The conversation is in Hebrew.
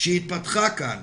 שהתפתחה כאן,